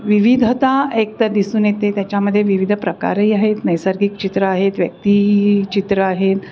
विविधता एक तर दिसून येते त्याच्यामध्ये विविध प्रकारही आहेत नैसर्गिक चित्र आहेत व्यक्ती चित्र आहेत